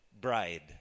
bride